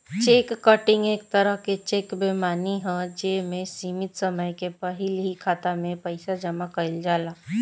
check cutting एक तरह के चेक बेईमानी ह जे में सीमित समय के पहिल ही खाता में पइसा जामा कइल जाला